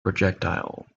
projectile